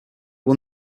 won